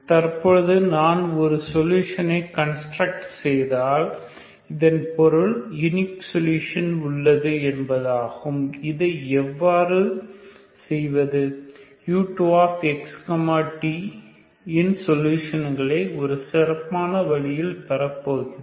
தற்பொழுது நான் ஒரு சொலுசனை கன்ஸ்டிரக்ட் செய்தால் இதன் பொருள் யுனிக் சொல்யூஷன் உள்ளது என்பதாகும் இதை எவ்வாறு செய்வது u2x t இன் சொலுஷனை ஒரு சிறப்பான வழியில் பெறப் போகிறோம்